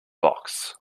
box